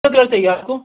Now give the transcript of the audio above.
سر کیا چاہیے آپ کو